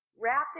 wrapped